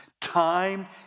time